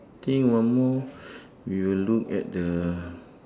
think one more we will look at the